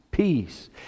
peace